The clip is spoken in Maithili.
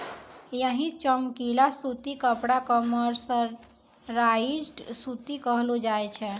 यही चमकीला सूती कपड़ा कॅ मर्सराइज्ड सूती कहलो जाय छै